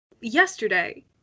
yesterday